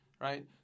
Right